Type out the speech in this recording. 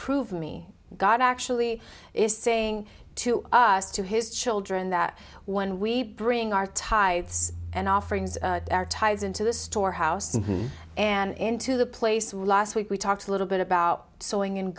prove me god actually is saying to us to his children that when we bring our tides and offerings our tides into the storehouse and into the place last week we talked a little bit about sowing